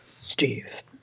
Steve